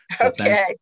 Okay